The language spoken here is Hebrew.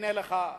הנה לך,